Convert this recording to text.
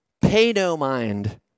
pay-no-mind